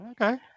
Okay